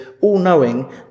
all-knowing